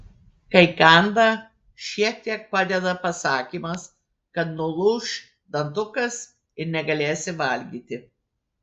kai kanda šiek tiek padeda pasakymas kad nulūš dantukas ir negalėsi valgyti